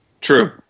True